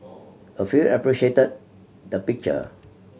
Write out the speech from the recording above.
a few appreciated the picture